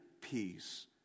peace